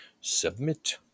Submit